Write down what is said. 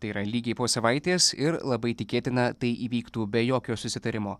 tai yra lygiai po savaitės ir labai tikėtina tai įvyktų be jokio susitarimo